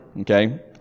okay